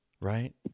right